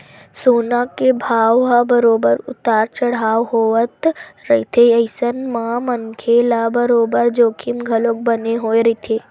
सोना के भाव ह बरोबर उतार चड़हाव होवत रहिथे अइसन म मनखे ल बरोबर जोखिम घलो बने होय रहिथे